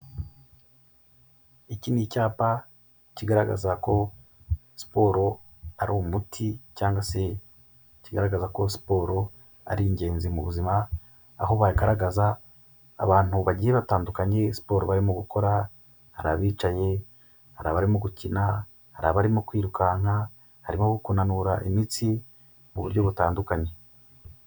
Iki ni icyapa kigaragaza ko siporo ari umuti, cyangwa se kigaragaza ko siporo ari ingenzi mu buzima, aho bagaragaza abantu bagiye batandukanye siporo barimo gukora, hari abicaye, hari abarimo gukina, hari abarimo kwirukanka, hari abarimo kunanura imitsi mu buryo butandukanye.